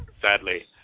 sadly